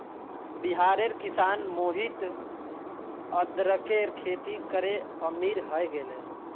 बिहारेर किसान मोहित अदरकेर खेती करे अमीर हय गेले